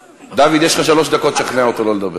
דוד, יש לך שלוש דקות לשכנע אותו שלא לדבר.